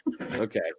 Okay